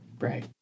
Right